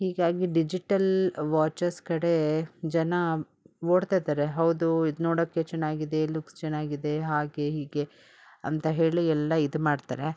ಹೀಗಾಗಿ digital watches ಕಡೆ ಜನ ಓಡ್ತಿದಾರೆ ಹೌದು ಇದು ನೋಡೋಕೆ ಚೆನ್ನಾಗಿದೆ ಲುಕ್ಸ್ ಚೆನ್ನಾಗಿದೆ ಹಾಗೆ ಹೀಗೆ ಅಂತ ಹೇಳಿ ಎಲ್ಲ ಇದು ಮಾಡ್ತಾರೆ